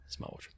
Smartwatch